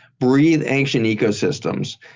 breathe ancient ecosystems.